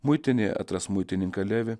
muitinėj atras muitininką levį